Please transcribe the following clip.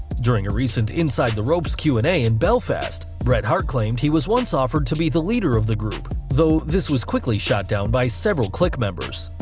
during a recent inside the ropes q and a in belfast, bret hart claimed that he was once offered to be the leader of the group, though this was quickly shot down by several kliq members.